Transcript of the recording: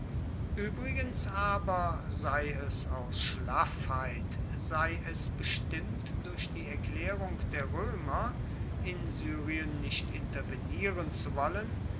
uebrigens aber sei es aus schlaffheit sei es bestimmt durch die erklaerung der roemer in syrien nicht intervenieren zu wollen